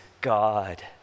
God